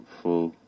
full